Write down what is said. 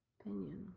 opinion